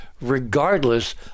regardless